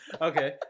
Okay